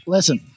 Listen